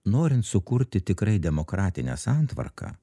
norint sukurti tikrai demokratinę santvarką